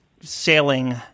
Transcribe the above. sailing